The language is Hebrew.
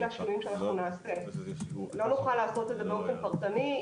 אלה השינויים שאנחנו נעשה ולא נוכל לעשות את זה באופן פרטני.